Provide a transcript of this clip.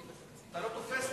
אתה לא תופס,